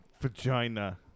Vagina